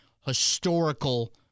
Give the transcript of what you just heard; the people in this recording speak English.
historical